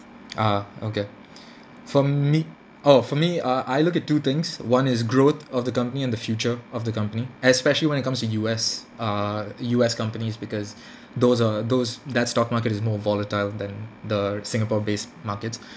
(uh huh) okay for me oh for me uh I look at two things one is growth of the company and the future of the company especially when it comes to U_S err U_S companies because those uh those that stock market is more volatile than the singapore based markets